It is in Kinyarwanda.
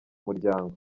muryango